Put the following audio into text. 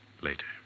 Later